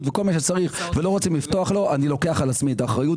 וכל מה שצריך ולא רוצים לפתוח לו אני לוקח על עצמי את האחריות